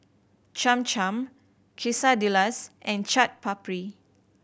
Cham Cham Quesadillas and Chaat Papri